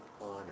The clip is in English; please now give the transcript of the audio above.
honor